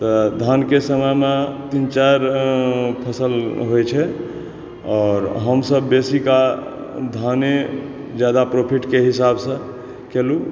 तऽ धान के समयमे तीन चारि फसल होइ छै आओर हमसब बेसी काल धाने जादा प्रोफ़िट के हिसाब सॅं केलहुॅं